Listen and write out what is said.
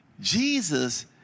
Jesus